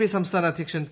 P സംസ്ഥാന അധ്യക്ഷൻ P